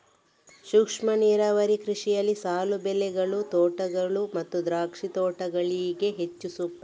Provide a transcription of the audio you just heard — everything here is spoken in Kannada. ಸೂಕ್ಷ್ಮ ನೀರಾವರಿ ಕೃಷಿಯಲ್ಲಿ ಸಾಲು ಬೆಳೆಗಳು, ತೋಟಗಳು ಮತ್ತು ದ್ರಾಕ್ಷಿ ತೋಟಗಳಿಗೆ ಹೆಚ್ಚು ಸೂಕ್ತ